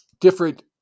different